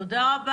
תודה,